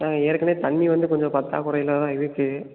நாங்கள் ஏற்கனே தண்ணி வந்து கொஞ்சம் பற்றாக்குறைல தான் இருக்கு